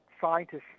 scientists